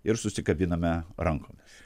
ir susikabiname rankomis